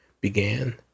began